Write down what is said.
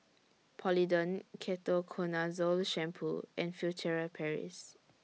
Polident Ketoconazole Shampoo and Furtere Paris